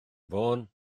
fôn